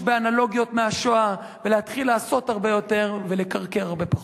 באנלוגיות מהשואה ולהתחיל לעשות הרבה יותר ולקרקר הרבה פחות.